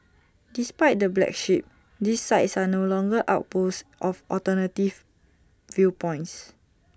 despite the black sheep these sites are no longer outposts of alternative viewpoints